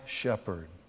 shepherd